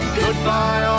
goodbye